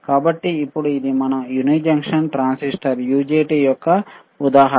కాబట్టి ఇప్పుడు ఇది యుని జంక్షన్ ట్రాన్సిస్టర్ యుజెటి యొక్క ఉదాహరణ